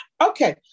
Okay